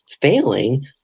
failing